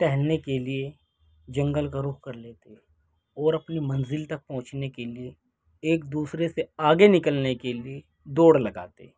ٹہلنے کے لیے جنگل کا رخ کر لیتے اور اپنی منزل تک پہنچنے کے لیے ایک دوسرے سے آگے نکلنے کے لیے دوڑ لگاتے